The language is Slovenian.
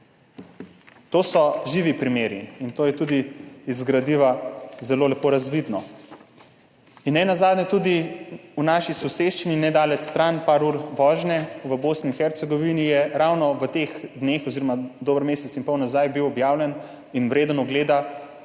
To so živi primeri in to je tudi iz gradiva zelo lepo razvidno. Nenazadnje tudi v naši soseščini, nedaleč stran, par ur vožnje, v Bosni in Hercegovini je bil ravno v teh dneh oziroma dober mesec in pol nazaj objavljen in vreden ogleda